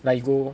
like you go